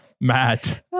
Matt